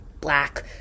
black